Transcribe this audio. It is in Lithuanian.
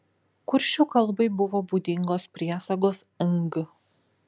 kuršių kalbai buvo būdingos priesagos ng